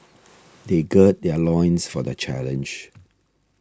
they gird their loins for the challenge